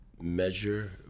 measure